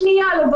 או חשד לאלימות,